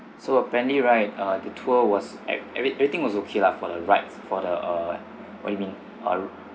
so apparently right uh the tour was at every everything was okay lah for the rides for the uh what you mean err